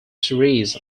series